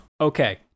Okay